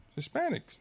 Hispanics